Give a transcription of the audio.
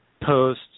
post